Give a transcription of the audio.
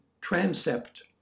transept